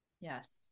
Yes